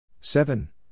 seven